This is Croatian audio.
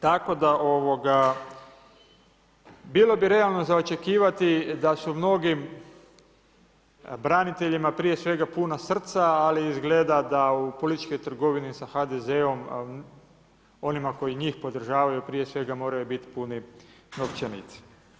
Tako da bilo bi realno za očekivati da su mnogim braniteljima prije svega puna srca, ali izgleda da u političkoj trgovini sa HDZ-om onima koji njih podržavaju moraju biti puni novčanici.